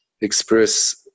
express